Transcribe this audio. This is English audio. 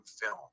film